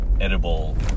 edible